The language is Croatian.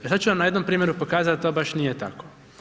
Sad ću vam na jednom primjeru pokazati da to baš nije tako.